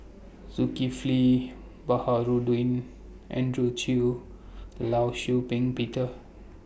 Zulkifli Baharudin Andrew Chew law Shau Ping Peter